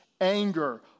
anger